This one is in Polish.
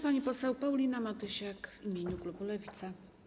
Pani poseł Paulina Matysiak w imieniu klubu Lewica.